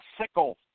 sickle